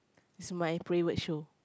is my favorite show